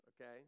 okay